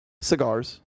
Cigars